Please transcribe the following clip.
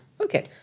Okay